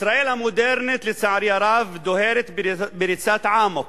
ישראל המודרנית, לצערי הרב, דוהרת בריצת אמוק,